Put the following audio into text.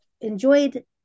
enjoyed